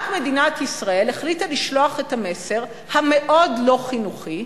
רק מדינת ישראל החליטה לשלוח את המסר המאוד לא חינוכי,